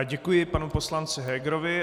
Děkuji panu poslanci Hegerovi.